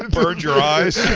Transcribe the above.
burns your eyes.